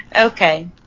Okay